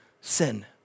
sin